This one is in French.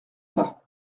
pas